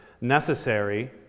necessary